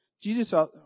Jesus